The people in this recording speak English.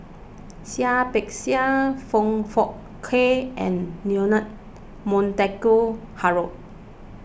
Seah Peck Seah Foong Fook Kay and Leonard Montague Harrod